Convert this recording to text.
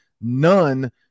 none